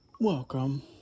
Welcome